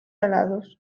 alados